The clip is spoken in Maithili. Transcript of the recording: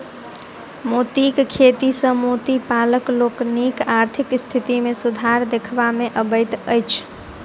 मोतीक खेती सॅ मोती पालक लोकनिक आर्थिक स्थिति मे सुधार देखबा मे अबैत अछि